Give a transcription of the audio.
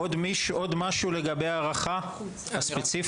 עוד מישהו או משהו לגבי ההארכה הספציפית?